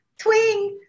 twing